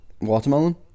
watermelon